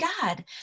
God